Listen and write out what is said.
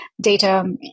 data